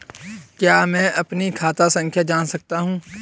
क्या मैं अपनी खाता संख्या जान सकता हूँ?